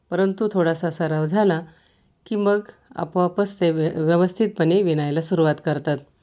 परंतु थोडासा सराव झाला की मग आपोआपच ते व्य व्यवस्थितपणे विणायला सुरुवात करतात